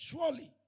Surely